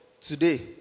today